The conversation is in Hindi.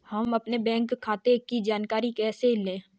हम अपने बैंक खाते की जानकारी कैसे लें?